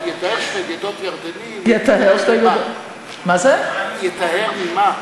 "יטהר שתי גדות ירדני" יטהר ממה?